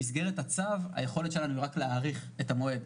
במסגרת הצו, היכולת שלנו היא רק להאריך את המועד.